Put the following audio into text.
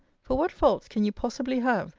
for what faults can you possibly have,